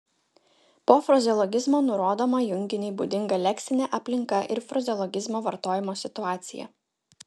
po frazeologizmo nurodoma junginiui būdinga leksinė aplinka ir frazeologizmo vartojimo situacija